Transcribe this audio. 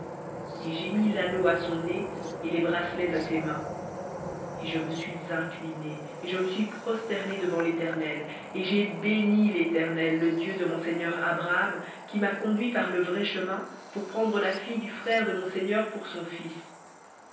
et j'ai mis l'anneau à son nez et les bracelets à ses mains et je me suis incliné et je me suis prosterné devant l'éternel et j'ai béni l'éternel le dieu de mon seigneur abraham qui m'a conduit par le vrai chemin pour prendre la fille du frère de mon seigneur pour son fils